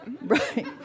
Right